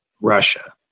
Russia